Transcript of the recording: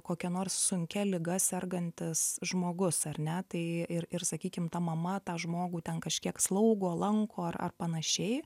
kokia nors sunkia liga sergantis žmogus ar ne tai ir ir sakykim ta mama tą žmogų ten kažkiek slaugo lanko ar ar panašiai